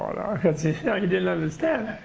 um you know he didn't understand.